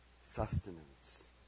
Sustenance